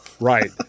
Right